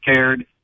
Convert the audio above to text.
cared